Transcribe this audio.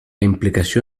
implicació